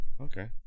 Okay